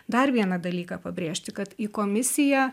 dar vieną dalyką pabrėžti kad į komisiją